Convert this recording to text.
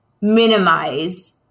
minimize